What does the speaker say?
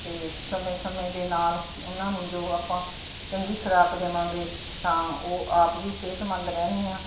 ਅਤੇ ਸਮੇਂ ਸਮੇਂ ਦੇ ਨਾਲ ਉਹਨਾਂ ਨੂੰ ਜੋ ਆਪਾਂ ਚੰਗੀ ਖੁਰਾਕ ਦੇਵਾਂਗੇ ਤਾਂ ਉਹ ਆਪ ਵੀ ਸਿਹਤਮੰਦ ਰਹਿਣਗੀਆ